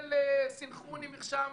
כולל סנכרון עם מרשם